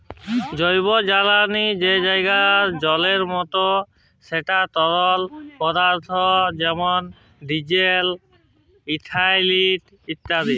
জৈবজালালী যেগলা জলের মত যেট তরল পদাথ্থ যেমল ডিজেল, ইথালল ইত্যাদি